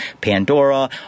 Pandora